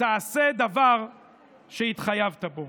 תעשה דבר שהתחייבת לו.